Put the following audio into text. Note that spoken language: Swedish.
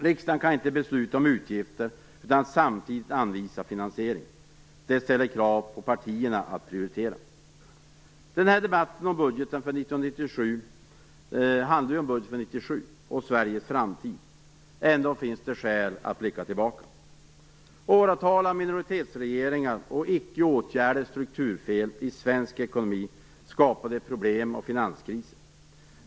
Riksdagen kan inte besluta om utgifter utan att samtidigt anvisa finansiering. Det ställer krav på partierna att prioritera. Den här debatten handlar om budgeten för år 1997 och Sveriges framtid. Ändå finns det skäl att blicka tillbaka. Åratal av minoritetsregeringar och icke åtgärdade strukturfel i svensk ekonomi skapade problem och finanskriser.